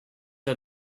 are